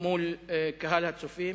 מול קהל הצופים: